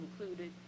included